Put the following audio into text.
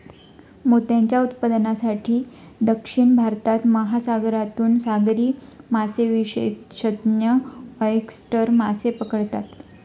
मोत्यांच्या उत्पादनासाठी, दक्षिण भारतात, महासागरातून सागरी मासेविशेषज्ञ ऑयस्टर मासे पकडतात